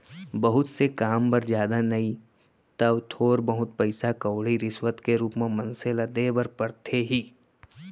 बहुत से काम बर जादा नइ तव थोर बहुत पइसा कउड़ी रिस्वत के रुप म मनसे ल देय बर परथे ही